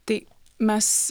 tai mes